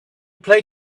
play